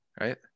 right